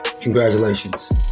congratulations